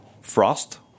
frost